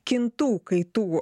kintų kaitų